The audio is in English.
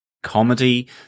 comedy